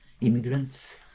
Immigrants